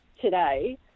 today